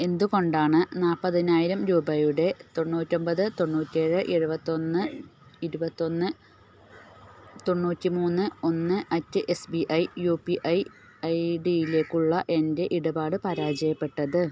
എന്തുകൊണ്ടാണ് നാൽപ്പതിനായിരം രൂപയുടെ തൊണ്ണൂറ്റൊമ്പത് തൊണ്ണൂറ്റേഴ് ഏഴുപത്തൊന്ന് ഇരുപത്തൊന്ന് തൊണ്ണൂറ്റി മൂന്ന് ഒന്ന് at S B I U P I I ഡിയിലേക്കുള്ള എൻ്റെ ഇടപാട് പരാജയപ്പെട്ടത്